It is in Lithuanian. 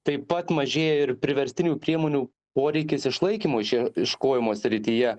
taip pat mažėja ir priverstinių priemonių poreikis išlaikymo iše iškojimo srityje